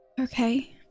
Okay